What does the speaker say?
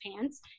pants